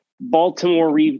Baltimore